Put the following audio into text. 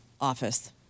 office